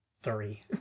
three